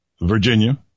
Virginia